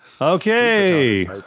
Okay